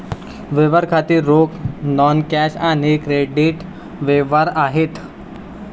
व्यवहार खाती रोख, नॉन कॅश आणि क्रेडिट व्यवहार आहेत